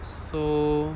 so